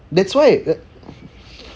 that's why